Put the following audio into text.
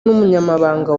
n’umunyamabanga